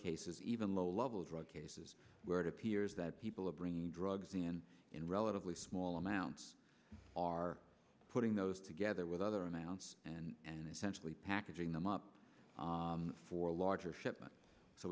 cases even low level drug cases where it appears that people are bringing drugs in in relatively small amounts are putting those together with other amounts and essentially packaging them up for a larger shipment so